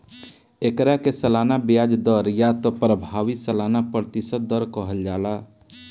एकरा के सालाना ब्याज दर या त प्रभावी सालाना प्रतिशत दर कहल जाला